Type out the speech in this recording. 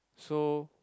so